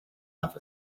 have